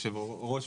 היושב-ראש,